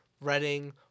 Reading